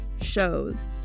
shows